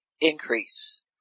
increase